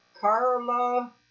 Carla